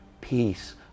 Peace